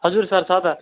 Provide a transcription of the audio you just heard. हजुर सर छ त